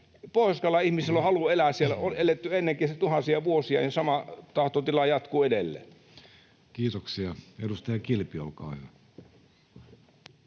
Pohjois-Karjalan ihmisillä on halu elää. Siellä on eletty ennenkin, tuhansia vuosia, ja sama tahtotila jatkuu edelleen. Kiitoksia. — Edustaja Kilpi, olkaa hyvä.